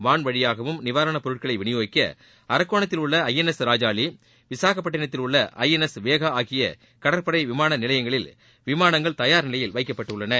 வான்வழியாகவும் நிவாரணப் பொருட்களை விநியோகிக்க அரக்கோணத்தில் உள்ள ஐஎன்எஸ் ராஜாளி விசாகப்பட்டினத்தில் உள்ள ஐஎன்எஸ் வேகா ஆகிய கடற்படை விமான நிலையங்களில் விமானங்கள் தயார் நிலையில் வைக்கப்பட்டுள்ளன